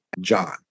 John